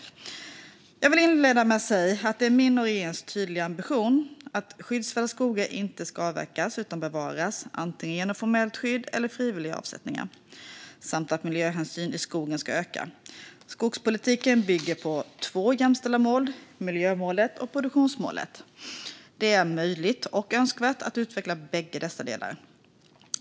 Jag vill inleda med att säga att det är min och regeringens tydliga ambition att skyddsvärda skogar inte ska avverkas utan bevaras, antingen genom formellt skydd eller frivilliga avsättningar, samt att miljöhänsynen i skogsbruket ska öka. Skogspolitiken bygger på två jämställda mål: miljömålet och produktionsmålet. Det är möjligt och önskvärt att utveckla bägge dessa delar.